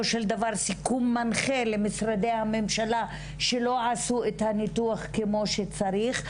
מנחה למשרדי הממשלה שלא עשו את הניתוח כמו שצריך.